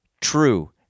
true